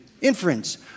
inference